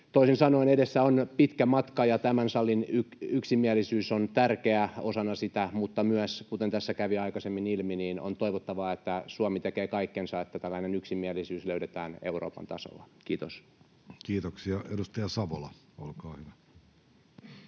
Toisin sanoen edessä on pitkä matka ja tämän salin yksimielisyys on tärkeää osana sitä, mutta kuten tässä kävi aikaisemmin ilmi, on myös toivottavaa, että Suomi tekee kaikkensa, että tällainen yksimielisyys löydetään Euroopan tasolla. — Kiitos. Kiitoksia. — Edustaja Savola, olkaa hyvä.